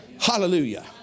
Hallelujah